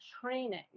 training